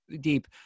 deep